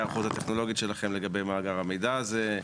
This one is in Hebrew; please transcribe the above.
ההיערכות הטכנולוגית שלכם לגבי מאגר המידע הזה.